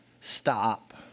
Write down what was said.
stop